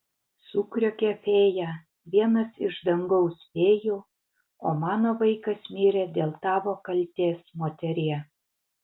sukriokė fėja vienas iš dangaus fėjų o mano vaikas mirė dėl tavo kaltės moterie